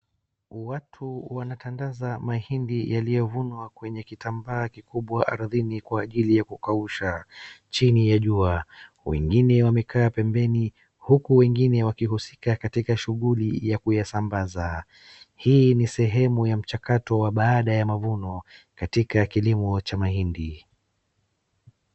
Watu wanatandaza mahindi yaliyovunwa kwenye kitambaa kikubwa ardhini kwa ajili ya kukausha chini ya jua. Wengine wamekaa pembeni huku wengine wakihusika katika shughuli ya kuyasambaza. Hii ni sehemu ya mchakato wa baada ya mavuno katika kilimo cha mahindi.